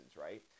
right